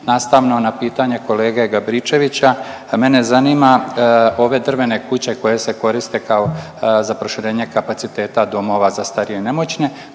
Nastavno na pitanje kolege Gabričevića, mene zanima ove drvene kuće koje se koriste kao za proširenje kapaciteta domova za starije i nemoćne,